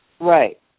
Right